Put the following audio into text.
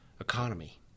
economy